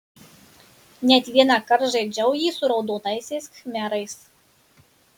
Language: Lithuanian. net vienąkart žaidžiau jį su raudonaisiais khmerais